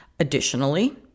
Additionally